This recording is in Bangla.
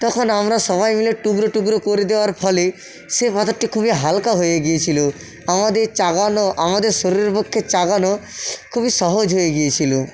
তখন আমরা সবাই মিলে টুকরো টুকরো করে দেওয়ার ফলে সে পাথরটি খুবই হালকা হয়ে গিয়েছিলো আমাদের চাগানো আমাদের শরীরের পক্ষে চাগানো খুবই সহজ হয়ে গিয়েছিলো